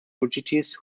fugitives